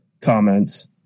comments